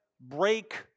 break